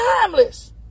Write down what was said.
timeless